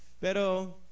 Pero